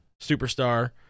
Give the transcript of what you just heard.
superstar